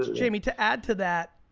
jamie, to add to that,